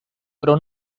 pro